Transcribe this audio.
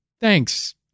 Thanks